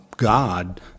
God